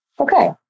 Okay